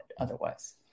Otherwise